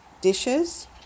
dishes